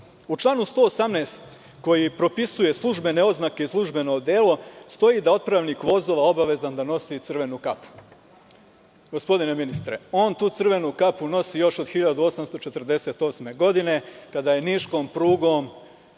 U članu 118. koji propisuje službene oznake i službeno odelo, stoji da je otpravnik vozova obavezan da nosi crvenu kapu. Gospodine ministre, on tu crvenu kapu nosi još od 1848. godine, kada je Niškom prugom